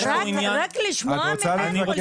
רק לשמוע ממנו?